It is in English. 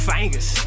Fingers